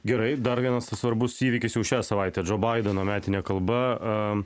gerai dar vienas svarbus įvykis jau šią savaitę džo baideno metinė kalba a